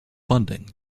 funding